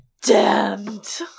Damned